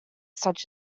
such